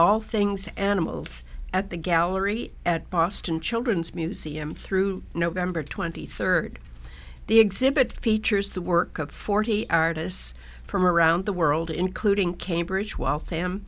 all things animals at the gallery at boston children's museum through november twenty third the exhibit features the work of forty artists from around the world including cambridge while sam